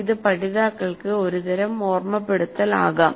ഇത് പഠിതാക്കൾക്ക് ഒരുതരം ഓർമ്മപ്പെടുത്തൽ ആകാം